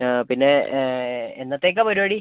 ആ പിന്നെ എന്നത്തേക്കാണ് പരിപാടി